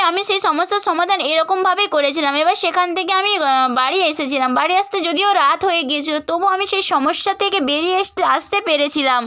আমি সেই সমস্যার সমাধান এরকমভাবেই করেছিলাম এবার সেখান থেকে আমি বাড়ি এসেছিলাম বাড়ি আসতে যদিও রাত হয়ে গিয়েছিল তবু আমি সেই সমস্যা থেকে বেরিয়ে এসতে আসতে পেরেছিলাম